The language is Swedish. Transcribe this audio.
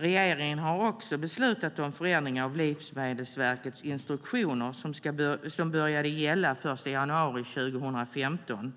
Regeringen har också beslutat om förändring av Livsmedelsverkets instruktioner som började gälla den 1 januari 2015